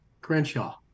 Crenshaw